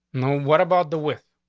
no. what about the with?